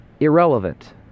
irrelevant